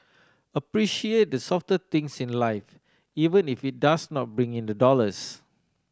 appreciate the softer things in life even if it does not bring in the dollars